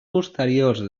posteriors